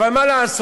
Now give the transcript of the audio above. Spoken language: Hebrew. אבל מה לעשות,